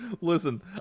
Listen